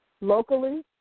locally